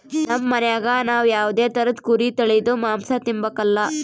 ನಮ್ ಮನ್ಯಾಗ ನಾವ್ ಯಾವ್ದೇ ತರುದ್ ಕುರಿ ತಳೀದು ಮಾಂಸ ತಿಂಬಕಲ